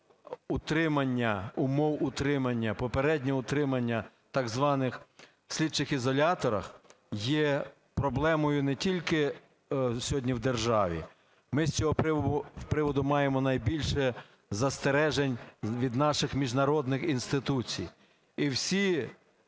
утримання, умов утримання, попереднього утримання в так званих слідчих ізоляторах є проблемою не тільки сьогодні в державі, ми з цього приводу маємо найбільше застережень від наших міжнародних інституцій.